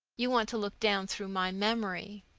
you want to look down through my memory.